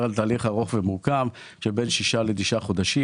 על תהליך ארוך ומורכב של בין שישה לתשעה חודשים.